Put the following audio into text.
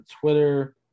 twitter